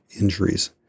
injuries